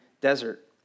desert